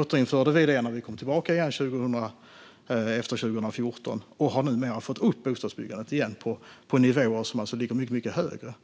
återinförde vi stödet när vi kom tillbaka 2014, och numera har vi fått upp bostadsbyggandet på nivåer som ligger mycket högre.